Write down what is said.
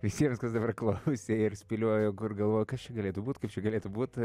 visiems kas dabar klausė ir spėliojo kur galvojo kas čia galėtų būt kas čia galėtų būt